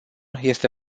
este